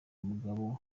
umugabo